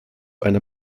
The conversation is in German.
einer